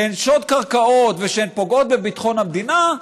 שהן שוד קרקעות ושהן פוגעות בביטחון המדינה,